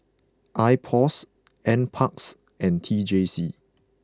Ipos N Parks and T J C